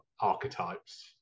archetypes